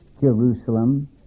Jerusalem